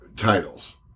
titles